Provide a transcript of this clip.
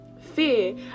Fear